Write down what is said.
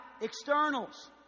externals